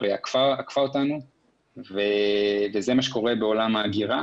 עקפה אותנו וזה מה שקור בעולם האגירה.